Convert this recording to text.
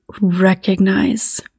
recognize